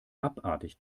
abartig